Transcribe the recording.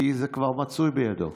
כי זה כבר מצוי בידו.